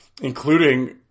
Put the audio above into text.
including